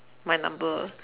my number